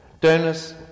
donors